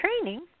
training